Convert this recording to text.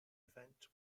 event